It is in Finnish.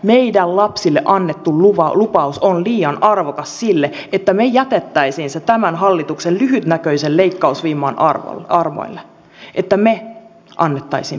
meidän lapsille annettu lupaus on liian arvokas siihen että me jättäisimme sen tämän hallituksen lyhytnäköisen leikkausvimman armoille että me antaisimme periksi